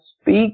speak